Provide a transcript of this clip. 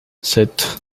sept